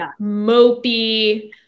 mopey